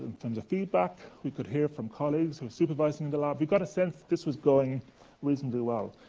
from the feedback. we could hear from colleagues who are supervising in the lab. we got a sense this was going reasonably well.